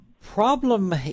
problem